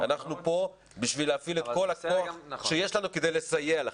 אנחנו פה בשביל להפעיל את כל הכוח שיש לנו כדי לסייע לכם.